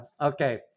Okay